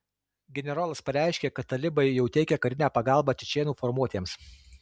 generolas pareiškė kad talibai jau teikia karinę pagalbą čečėnų formuotėms